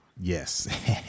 Yes